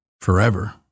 forever